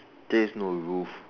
there is no roof